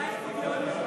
בעד מדינה יהודית.